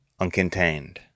uncontained